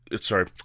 Sorry